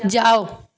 جاؤ